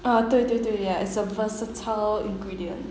啊对对对 ya it's a versatile ingredient